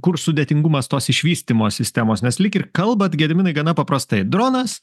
kur sudėtingumas tos išvystymo sistemos nes lyg ir kalbat gediminai gana paprastai dronas